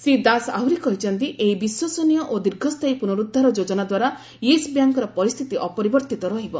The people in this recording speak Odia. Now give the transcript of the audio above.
ଶ୍ରୀ ଦାସ ଆହୁରି କହିଛନ୍ତି ଏହି ବିଶ୍ୱସନୀୟ ଓ ଦୀର୍ଘସ୍ଥାୟୀ ପୁନରୁଦ୍ଧାର ଯୋଜନା ଦ୍ୱାରା ୟେସ୍ ବ୍ୟାଙ୍କ୍ର ପରିସ୍ଥିତି ଅପରିବର୍ତ୍ତିତ ରହିବ